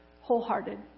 wholehearted